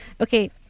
Okay